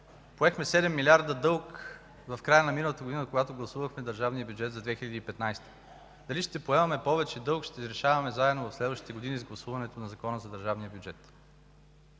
Поехме 7 милиарда дълг в края на миналата година, когато гласувахме държавния бюджет за 2015 г. Дали ще поемаме повече дълг, ще решаваме заедно през следващите години с гласуването на законите за държавния бюджет.